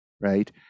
right